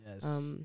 Yes